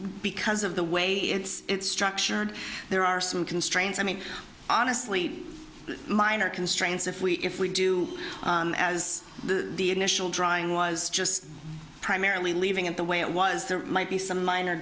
because of the way it's structured there are some constraints i mean honestly minor constraints if we if we do as the initial drawing was just primarily leaving it the way it was there might be some minor